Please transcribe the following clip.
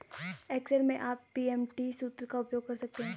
Excel में आप PMT सूत्र का उपयोग कर सकते हैं